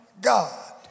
God